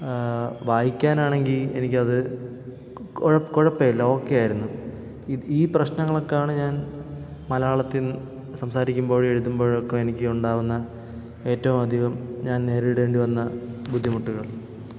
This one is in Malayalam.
വായിക്കാനാണെങ്കിൽ എനിക്കത് കൊഴ കുഴപ്പമില്ല ഓക്കേയായിരുന്നു ഈ പ്രശ്നങ്ങൾക്കാണ് ഞാൻ മലയാളത്തിൽ സംസാരിക്കുമ്പോഴും എഴുതുമ്പോഴൊക്കെ എനിക്ക് ഉണ്ടാകുന്ന ഏറ്റവും അധികം ഞാൻ നേരിടേണ്ടി വന്ന ബുദ്ധിമുട്ടുകൾ